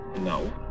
No